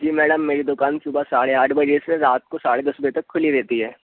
जी madam मेरी दुकान सुबह साढ़े आठ बजे से रात को साढ़े दस बजे तक खुली रहती है